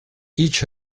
each